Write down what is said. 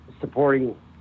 supporting